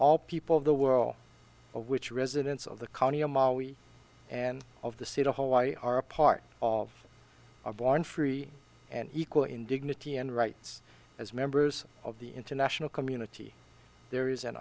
all people of the world of which residents of the county and of the state of hawaii are a part of a born free and equal in dignity and rights as members of the international community there is an